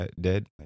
dead